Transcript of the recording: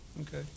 Okay